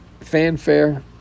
fanfare